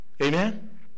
Amen